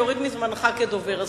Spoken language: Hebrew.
אני אוריד מזמנך כדובר,